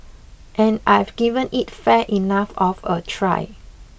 and I've given it fair enough of a try